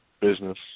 business